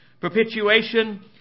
Perpetuation